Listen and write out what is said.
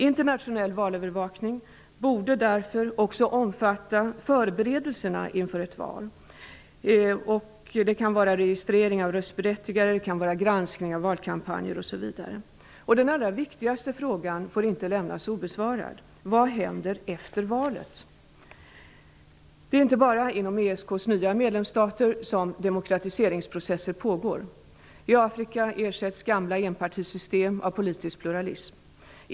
Internationell valövervakning borde därför också omfatta förberedelserna inför ett val, t.ex. registrering av röstberättigade och granskning av valkampanjerna. Och den allra viktigaste frågan får inte lämnas obesvarad, nämligen vad som händer efter valet. Det är inte bara inom ESK:s nya medlemsstater som demokratiseringsprocesser pågår. I Afrika ersätts gamla enpartisystem av politisk pluralism.